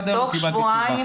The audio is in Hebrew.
ועד היום לא קיבלתי תשובה.